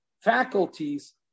faculties